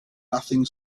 nothing